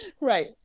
Right